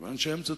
סימן שהם צודקים,